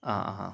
ആ അ ആ